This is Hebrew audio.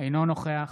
אינו נוכח